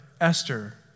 Esther